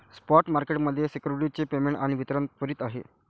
spot market मध्ये securities चे payment आणि वितरण त्वरित आहे